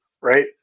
right